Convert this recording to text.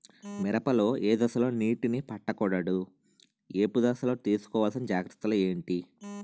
మిరప లో ఏ దశలో నీటినీ పట్టకూడదు? ఏపు దశలో తీసుకోవాల్సిన జాగ్రత్తలు ఏంటి?